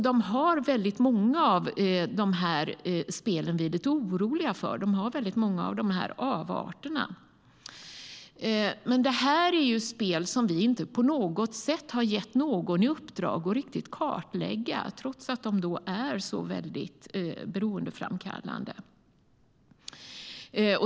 Dessa spel, som vi är lite oroliga för, har alltså många av de här avarterna. Detta är dock spel som vi inte på något sätt har gett någon i uppdrag att riktigt kartlägga trots att de är väldigt beroendeframkallande.